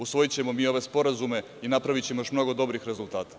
Usvojićemo mi ove sporazume i napravićemo još mnogo dobrih rezultata.